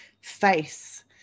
face